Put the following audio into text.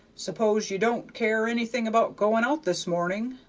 s'pose ye don't care anything about going out this morning?